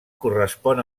correspon